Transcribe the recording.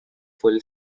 full